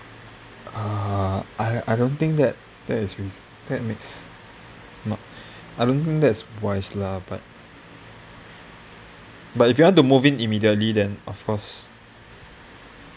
ah I I don't think that that is that makes no I don't think that's wise lah but if you want to move in immediately then of course